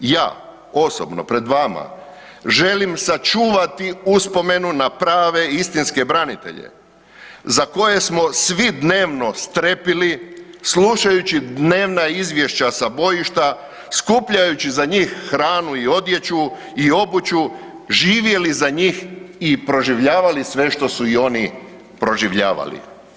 Ja, osobno, pred vama želim sačuvati uspomenu na prave istinske branitelje, za koje smo svi dnevno strepili slušajući dnevna izvješća sa bojišta, skupljajući za njih hranu i odjeću i obuću živjeli za njih i proživljavali sve što su i oni proživljavali.